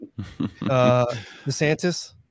DeSantis